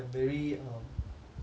um